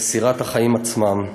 מסירת החיים עצמם.